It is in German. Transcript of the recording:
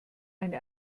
eine